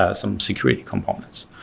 ah some security components.